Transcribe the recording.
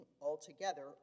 altogether